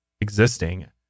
existing